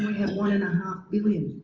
have one and a half billion